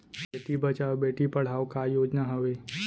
बेटी बचाओ बेटी पढ़ाओ का योजना हवे?